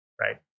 right